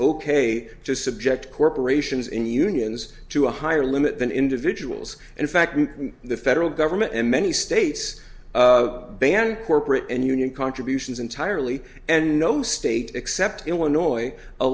ok to subject corporations and unions to a higher limit than individuals and in fact the federal government and many states ban corporate and union contributions entirely and no state except illinois a